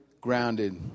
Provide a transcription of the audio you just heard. grounded